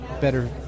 better